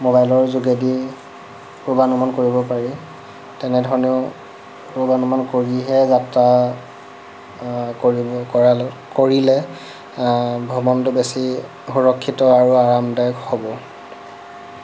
ম'বাইলৰ যোগেদি পূৰ্বানুমান কৰিব পাৰি তেনেধৰণেও পূৰ্বানুমান কৰিহে যাত্ৰা কৰিব কৰালে কৰিলে ভ্ৰমণটো বেছি সুৰক্ষিত আৰু আৰামদায়ক হ'ব